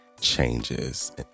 changes